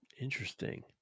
Interesting